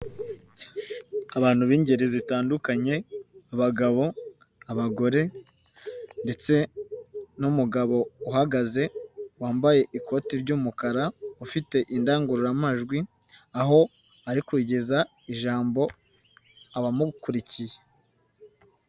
Abantu b'ingeri zitandukanye: abagabo, abagore ndetse n'umugabo uhagaze wambaye ikoti ry'umukara, ufite indangururamajwi, aho ari kugeza ijambo abamukurikiye.